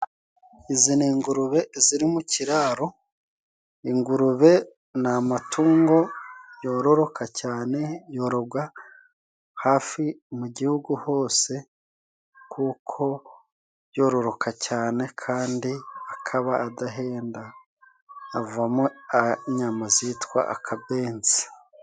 Izi ni igurube ziri mu kiraro. Ingurube ni amatungo yororoka cyane yororwa hafi mu gihugu hose kuko yororoka cyane kandi akaba adahenda. Avamo inyama zitwa akabenzi.